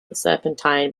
serpentine